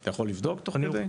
אתה יכול לבדוק תוך כדי?